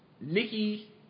Nikki